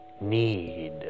need